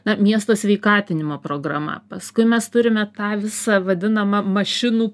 na miesto sveikatinimo programa paskui mes turime tą visą vadinamą mašinų